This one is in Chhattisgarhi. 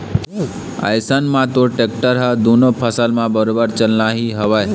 अइसन म तोर टेक्टर ह दुनों फसल म बरोबर चलना ही हवय